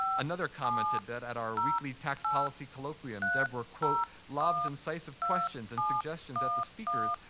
another commented that at our weekly tax policy colloquium, deborah, quote, lobs incisive questions and suggestions at the speakers,